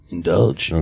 Indulge